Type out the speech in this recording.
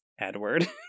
Edward